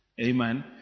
Amen